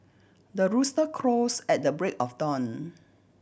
the rooster crows at the break of dawn